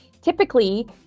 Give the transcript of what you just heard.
typically